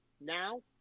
now